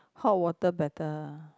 hot water better